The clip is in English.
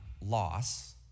loss